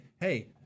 hey